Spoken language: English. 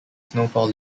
snowfall